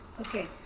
Okay